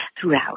throughout